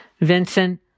Vincent